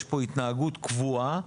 יש פה התנהגות קבועה,